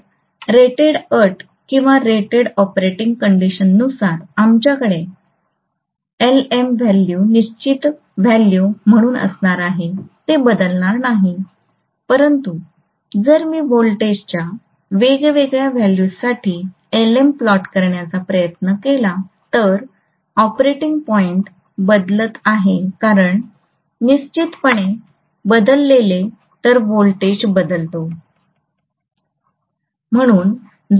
तर रेटेड अट किंवा रेटेड ऑपरेटिंग कंडिशननुसार आमच्याकडे एलएम व्हॅल्यू निश्चित व्हॅल्यू म्हणून असणार आहे ते बदलणार नाही परंतु जर मी व्होल्टेजच्या वेगवेगळ्या व्हॅल्यूजसाठी Lm प्लॉट करण्याचा प्रयत्न केला तर ऑपरेटिंग पॉईंट बदलत आहे कारण निश्चितपणे बदलले तर व्होल्टेज बदलतो